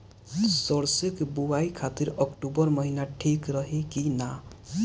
सरसों की बुवाई खाती अक्टूबर महीना ठीक रही की ना?